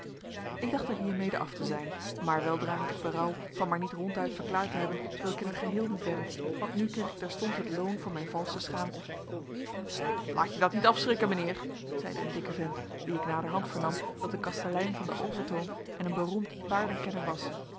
ik dacht er hiermede af te zijn maar weldra had ik berouw van maar niet ronduit verklaard te hebben dat ik in t geheel niet wedde want nu kreeg ik terstond het loon voor mijne valsche schaamte laat je dat niet afschrikken mijnheer zeide een dikke vent wien ik naderhand vernam dat een kastelein van den overtoom en een beroemd paardenkenner was